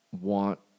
want